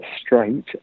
straight